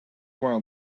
while